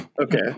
Okay